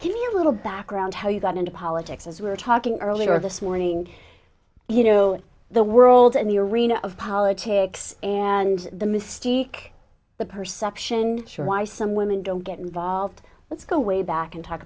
me a little background how you got into politics as we were talking earlier this morning you know the world and the arena of politics and the mystique the perception sure why some women don't get involved let's go way back and talk